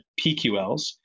PQLs